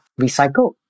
recycled